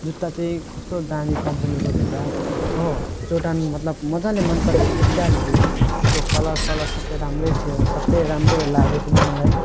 जुत्ता चाहिँ कस्तो दामी कम्पनीको रहेछ हो जर्डन मतलब मजाले मनपऱ्यो स्टाइलहरू त्यसको कलरसलर सबै राम्रै थियो सबै राम्रै लाग्यो पनि मलाई